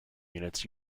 units